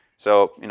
so, you know